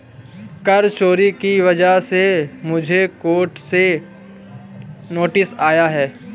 कर चोरी की वजह से मुझे कोर्ट से नोटिस आया है